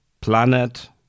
planet